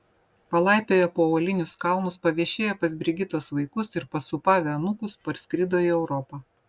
palaipioję po uolinius kalnus paviešėję pas brigitos vaikus ir pasūpavę anūkus parskrido į europą